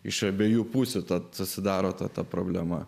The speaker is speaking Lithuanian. iš abiejų pusių tad susidaro ta ta problema